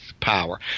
power